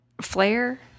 Flare